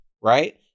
right